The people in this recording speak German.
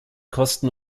kosten